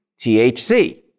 THC